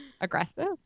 aggressive